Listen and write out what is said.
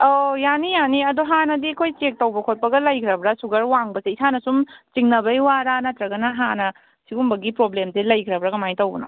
ꯑꯣ ꯌꯥꯅꯤ ꯌꯥꯅꯤ ꯑꯗꯣ ꯍꯥꯟꯅꯗꯤ ꯑꯩꯈꯣꯏ ꯆꯦꯛ ꯇꯧꯕ ꯈꯣꯠꯄꯒ ꯂꯩꯈ꯭ꯔꯕ ꯁꯨꯒꯔ ꯋꯥꯡꯕꯁꯦ ꯏꯁꯥꯅ ꯁꯨꯝ ꯆꯤꯡꯅꯕꯩ ꯋꯥꯔ ꯅꯠꯇ꯭ꯔꯒꯅ ꯍꯥꯟꯅ ꯁꯤꯒꯨꯝꯕꯒꯤ ꯄ꯭ꯔꯣꯕ꯭ꯂꯦꯝꯁꯦ ꯂꯩꯈ꯭ꯔꯕꯔ ꯀꯃꯥꯏ ꯇꯧꯕꯅꯣ